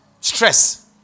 Stress